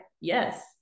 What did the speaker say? yes